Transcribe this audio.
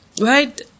right